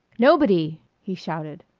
nobody! he shouted.